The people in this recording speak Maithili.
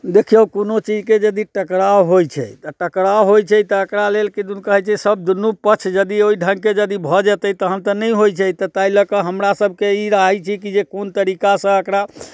देखियौ कोनो चीजके यदि टकराव होइ छै तऽ टकराव होइ छै तऽ एकरा लेल किदुन कहै छै सब दुन्नू पक्ष यदि ओइ ढ़ङ्गके यदि भऽ जेतै तहन तऽ नहि होइ छै तऽ ताहि लऽ कऽ हमरा सबके ई रहै छी की जे कोन तरीकासँ एकरा